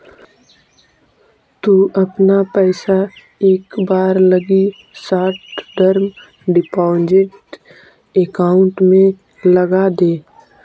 तु अपना पइसा एक बार लगी शॉर्ट टर्म डिपॉजिट अकाउंट में लगाऽ दे